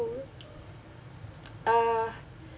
uh